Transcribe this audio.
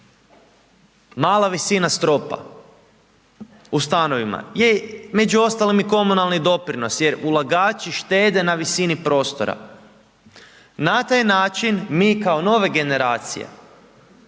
mala visina stropa, u stanovima je među ostalima i komunalni doprinos, jer ulagači štede na visini prostora. Na taj način, mi kao nove generacije,